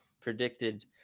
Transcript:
predicted